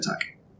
attack